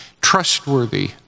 trustworthy